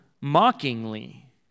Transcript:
mockingly